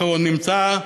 בבקשה לסיים.